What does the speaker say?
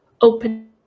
open